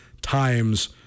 times